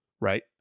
right